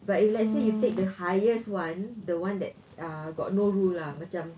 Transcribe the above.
but if let's say you take the highest one the one that uh got no rule ah macam